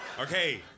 okay